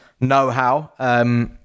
know-how